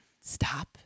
stop